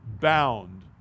bound